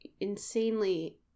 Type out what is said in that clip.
insanely